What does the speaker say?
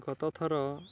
ଗତ ଥର